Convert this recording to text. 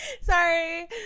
sorry